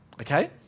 Okay